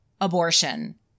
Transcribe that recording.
abortion